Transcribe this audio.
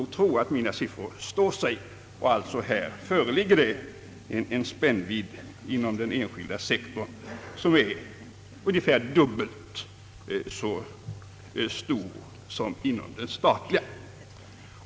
Här föreligger alltså inom den enskilda sektorn en spännvidd som är ungefär dubbelt så stor som inom den statliga.